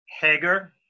Hager